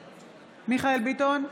בהצבעה מיכאל מרדכי ביטון,